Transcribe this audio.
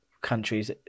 countries